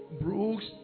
Brooks